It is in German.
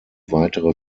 weitere